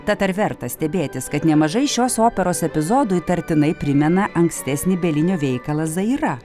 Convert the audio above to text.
tad ar verta stebėtis kad nemažai šios operos epizodų įtartinai primena ankstesnį belinio veikalą zaira